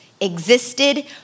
existed